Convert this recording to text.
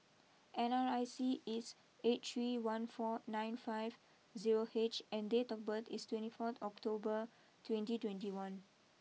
N R I C is eight three one four nine five zero H and date of birth is twenty four October twenty twenty one